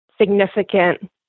significant